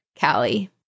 Callie